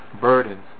burdens